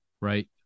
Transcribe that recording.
right